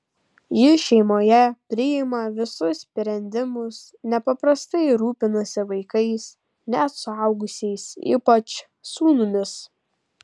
ji šeimoje priima visus sprendimus nepaprastai rūpinasi vaikais net suaugusiais ypač sūnumis